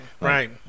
right